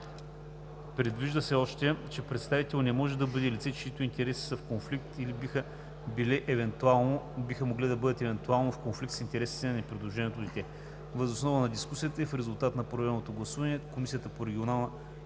Предвижда се още, че представител не може да бъде лице, чиито интереси са в конфликт или биха могли евентуално да бъдат в конфликт с интересите на непридруженото дете. Въз основа на дискусията и в резултат на проведеното гласуване Комисията по регионална